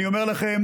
אני אומר לכם,